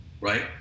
right